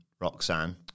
Roxanne